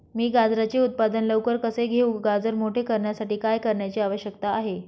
मी गाजराचे उत्पादन लवकर कसे घेऊ? गाजर मोठे करण्यासाठी काय करण्याची आवश्यकता आहे?